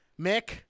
Mick